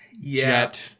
jet